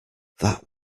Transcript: that